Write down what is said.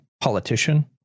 politician